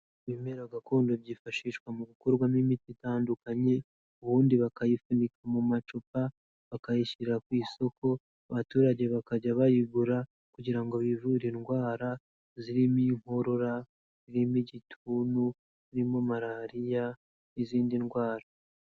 Ibimera gakondo byifashishwa mu gukorwamo imiti itandukanye, ubundi bakayifunika mu macupa, bakayishyira ku isoko, abaturage bakajya bayigura kugira ngo bivure indwara zirimo inkorora, zirimo igituntu, zirimo Malariya n'izindi ndwara.